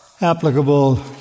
applicable